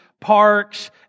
parks